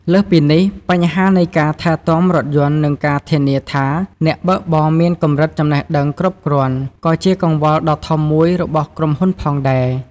លើសពីនេះ បញ្ហានៃការថែទាំរថយន្តនិងការធានាថាអ្នកបើកបរមានកម្រិតចំណេះដឹងគ្រប់គ្រាន់ក៏ជាកង្វល់ដ៏ធំមួយរបស់ក្រុមហ៊ុនផងដែរ។